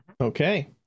Okay